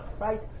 right